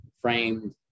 framed